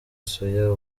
soya